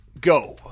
go